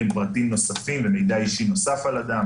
פרטים נוספים ומידע אישי נוסף על אדם